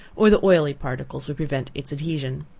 or the oily particles will prevent its adhesion.